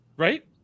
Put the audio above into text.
Right